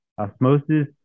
osmosis